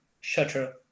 shutter